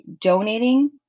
donating